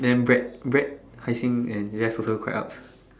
then brad brad Hai-Xing and Jeff also quite ups